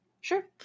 Sure